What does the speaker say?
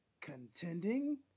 contending